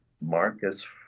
Marcus